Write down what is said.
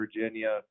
Virginia